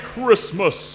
Christmas